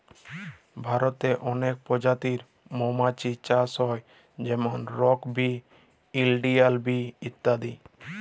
ভারতে অলেক পজাতির মমাছির চাষ হ্যয় যেমল রক বি, ইলডিয়াল বি ইত্যাদি